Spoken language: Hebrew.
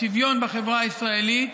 השוויון בחברה הישראלית,